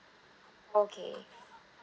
okay